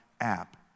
app